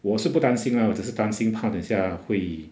我是不担心 lah 我只是担心怕等下会